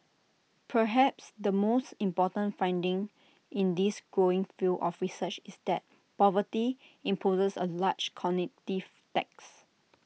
perhaps the most important finding in this growing field of research is that poverty imposes A large cognitive tax